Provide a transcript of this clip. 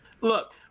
Look